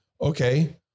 okay